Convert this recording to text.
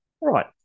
right